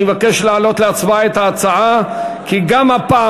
אני מבקש להעלות להצבעה את ההצעה כי גם הפעם